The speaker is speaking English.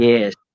Yes